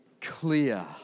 clear